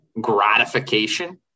gratification